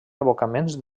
abocaments